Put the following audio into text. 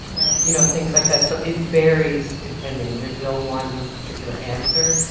you know, things like that. so it varies depending there's no one particular answer.